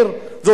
זאת אומרת,